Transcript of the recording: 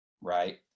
right